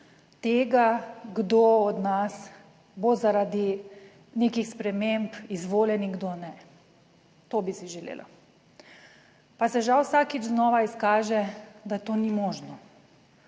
tega, kdo od nas bo zaradi nekih sprememb izvoljen in kdo ne. To bi si želela. Pa se žal vsakič znova izkaže, da to ni možno,